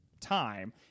time